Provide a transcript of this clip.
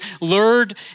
lured